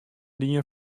dien